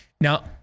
Now